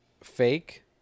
fake